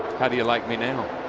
how do you like me now?